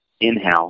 in-house